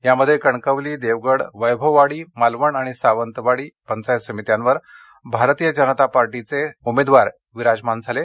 यामध्ये कणकवली देवगड वैभववाडी मालवण आणि सावंतवाडी पंचायत समित्यांवर भारतीय जनता पार्टीचे सभापती आणि उपसभापती विराजमान झाले